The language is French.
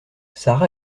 sara